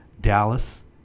Dallas